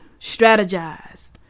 strategized